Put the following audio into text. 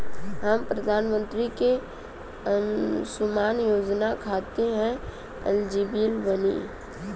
हम प्रधानमंत्री के अंशुमान योजना खाते हैं एलिजिबल बनी?